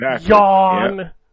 Yawn